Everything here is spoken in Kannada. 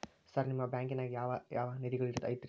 ಸರ್ ನಿಮ್ಮ ಬ್ಯಾಂಕನಾಗ ಯಾವ್ ಯಾವ ನಿಧಿಗಳು ಐತ್ರಿ?